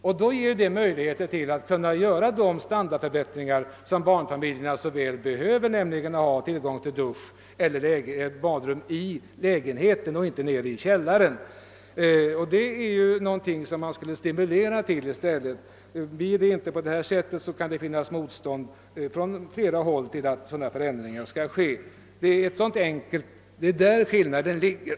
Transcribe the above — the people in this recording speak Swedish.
Detta skulle innebära utsikter till de standardförbättringar som barnfamiljerna så väl behöver, exempelvis tillgång till dusch eller badrum i lägenheten och inte nere i källaren. Dessa saker är ju sådana som man borde stimulera till. Blir det inte på detta sätt, kan det lätt uppstå motstånd från flera håll mot en sådan förändring. Det är där skillnaden ligger.